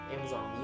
Amazon